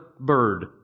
bird